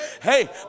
Hey